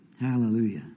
Hallelujah